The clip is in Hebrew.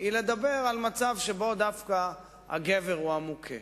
היא לדבר על מצב שבו דווקא הגבר הוא המוכה.